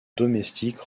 domestique